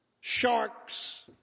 Sharks